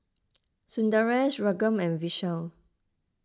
Sundaresh Raghuram and Vishal